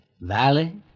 Valley